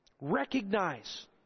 recognize